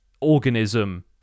organism